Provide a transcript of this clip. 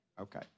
okay